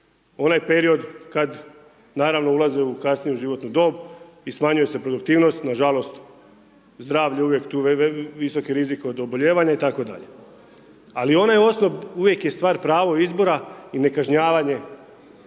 onaj period kad naravno ulaze u kasnu životnu dob i smanjuje se produktivnost, nažalost zdravlje je uvijek tu, visok od oboljevanja itd. Ali onaj osnov uvijek je stvar pravog izbora i nekažnjavanje